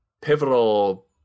pivotal